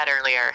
earlier